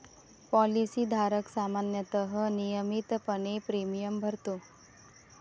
policy धारक सामान्यतः नियमितपणे प्रीमियम भरतो